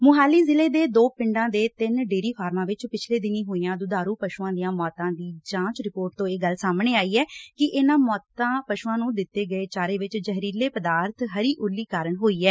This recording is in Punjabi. ਮੁਹਾਲੀ ਜ਼ਿਲ਼ੇ ਦੇ ਦੋ ਪਿੰਡਾਂ ਦੇ ਤਿੰਨ ਡੇਅਰੀ ਫਾਰਮਾਂ ਵਿਚ ਪਿਛਲੇ ਦਿਨੀਂ ਹੋਈਆਂ ਦੁਧਾਰੁ ਪਸੁਆਂ ਦੀਆਂ ਮੌਤਾਂ ਦੀ ਜਾਂਚ ਰਿਪੋਰਟ ਤੋਂ ਇਹ ਗੱਲ ਸਾਹਮਣੇ ਆਈ ਐ ਕਿ ਇਹ ਮੌਤਾਂ ਪਸੁਆਂ ਨੂੰ ਦਿੱਤੇ ਗਏ ਚਾਰੇ ਵਿਚ ਜ਼ਹਿਰੀਲੇ ਪਦਾਰਥ ਐਫ਼ਲੈਟਾਕਸੀਨ ਕਾਰਨ ਹੋਈ ਐ